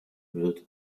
wird